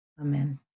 Amen